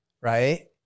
right